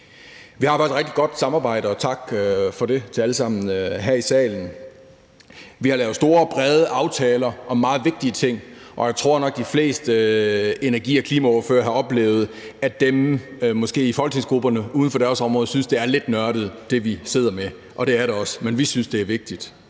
Vi har faktisk et rigtig godt samarbejde, og tak for det til jer alle sammen her i salen. Vi har lavet store, brede aftaler om meget vigtige ting, og jeg tror nok, at de fleste energi- og klimaordførere har oplevet, at dem i folketingsgrupperne uden for deres område synes, det måske er lidt nørdet, det, vi sidder med, og det er det også, men vi synes, det er vigtigt,